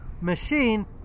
machine